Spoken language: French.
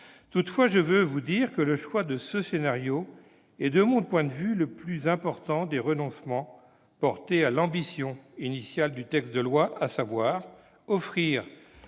Toutefois, je veux vous dire que le choix de ce scénario est, de mon point de vue, la plus importante marque de renonciation à l'ambition initiale du texte, à savoir « offrir